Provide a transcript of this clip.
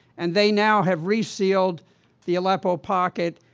and they now have resealed the aleppo pocket.